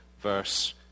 verse